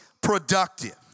productive